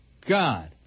God